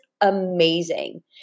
amazing